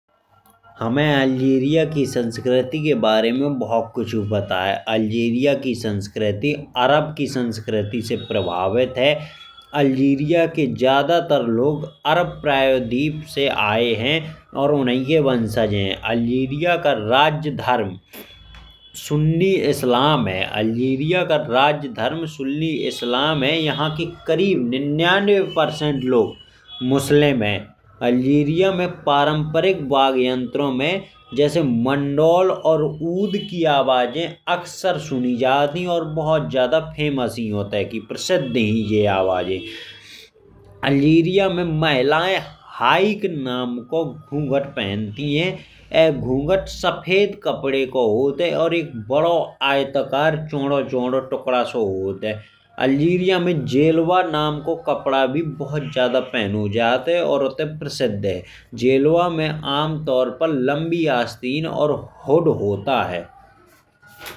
हमे अल्जीरिया की संस्कृति के बारे में बहुत कुछ पता है। अल्जीरिया की संस्कृति अरब की संस्कृति से प्रभावित है। अल्जीरिया के ज़्यादातर लोग अरब प्रायद्वीप से आए हैं और उन्ही के वंशज हैं। अल्जीरिया का राज्य धर्म सुन्नी इस्लाम है यहाँ के करीब निन्यानबे प्रतिशत लोग मुस्लिम हैं। अल्जीरिया में पारंपरिक वाद्ययंत्रों में मण्डोल और ऊद की आवाज़ें अक्सर सुनी जाती हैं। और बहुत ज़्यादा प्रसिद्ध हैं ऊंट की प्रसिद्ध हैं जो आवाज़ें। अल्जीरिया में महिलाएं हाइक नाम का घूँघट पहनती हैं यह घूँघट सफेद कपड़े का होता है। और बड़ा आयताकार चौड़ा चौड़ा टुकड़ा सा होता है। अल्जीरिया में ज़ेल्बा नाम का कपड़ा भी बहुत ज़्यादा पहना जाता है। और उत्ते प्रसिद्ध है ज़ेल्बा में आमतौर पर लंबी आस्तीन और हुड होता है।